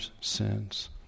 sins